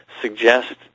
suggest